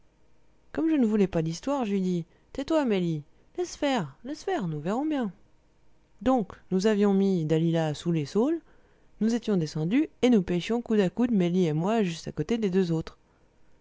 comme je ne voulais pas d'histoires je lui dis tais-toi mélie laisse faire laisse faire nous verrons bien donc nous avions mis dalila sous les saules nous étions descendus et nous pêchions coude à coude mélie et moi juste à côté des deux autres